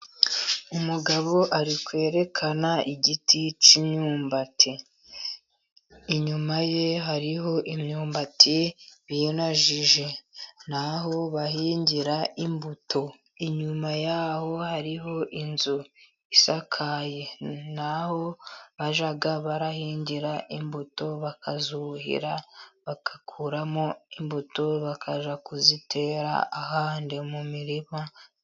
Umugabo ari kwerekana igiti cy'imyumbati. Inyuma ye hariho imyumbati binajije, ni aho bahingira imbuto. Inyuma yaho hariho inzu isakaye, ni aho bajya bahingira imbuto bakazuhira, bagakuramo imbuto bakajya kuzitera ahandi mu mirima.